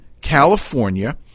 California